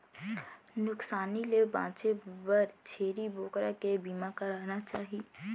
नुकसानी ले बांचे बर छेरी बोकरा के बीमा कराना चाही